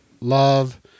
love